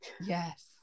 yes